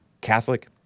Catholic